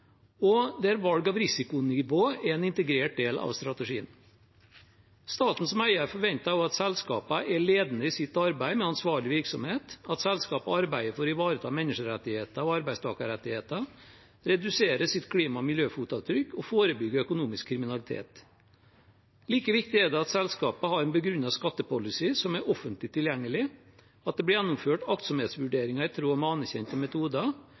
og der valg av risikonivå er en integrert del av strategien. Staten som eier forventer også at selskapene er ledende i sitt arbeid med ansvarlig virksomhet, og at selskapene arbeider for å ivareta menneskerettigheter og arbeidstakerrettigheter, redusere sitt klima- og miljøfotavtrykk og forebygge økonomisk kriminalitet. Like viktig er det at selskapene har en begrunnet skattepolicy som er offentlig tilgjengelig, at det blir gjennomført aktsomhetsvurderinger i tråd med anerkjente metoder,